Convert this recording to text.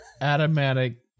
Automatic